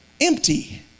empty